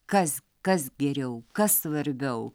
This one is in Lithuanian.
kas kas geriau kas svarbiau